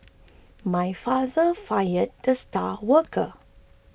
my father fired the star worker